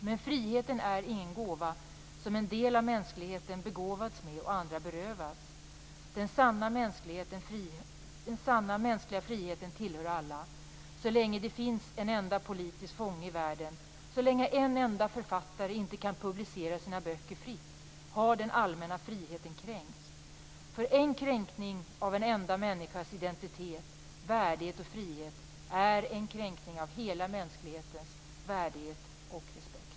Men friheten är ingen gåva, som en del av mänskligheten begåvats med och andra berövats. Den sanna mänskliga friheten tillhör alla. Så länge det finns en enda politisk fånge i världen och så länge en enda författare inte kan publicera sina böcker fritt har den allmänna friheten kränkts. För en kränkning av en enda människas identitet, värdighet och frihet är en kränkning av hela mänsklighetens värdighet och respekt.